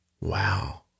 Wow